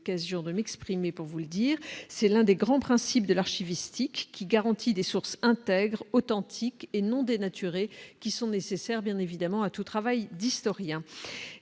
c'est l'un des grands principes de l'archiviste hic qui garantit des sources intègre, authentique et non dénaturée qui sont nécessaires, bien évidemment, à tout travail d'historien